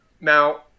Now